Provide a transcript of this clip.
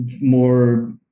more